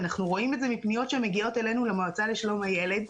אנחנו רואים את זה מפניות שמגיעות אלינו למועצה לשלום הילד.